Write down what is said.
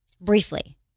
briefly